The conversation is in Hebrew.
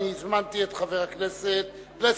אני הזמנתי את חבר הכנסת פלסנר,